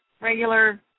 regular